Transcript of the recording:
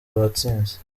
batsinze